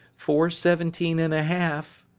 four seventeen and a half.